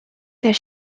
that